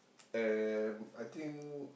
and I think